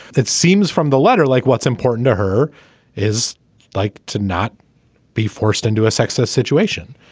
it seems from the letter like what's important to her is like to not be forced into a success situation.